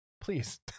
Please